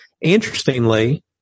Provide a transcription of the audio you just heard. Interestingly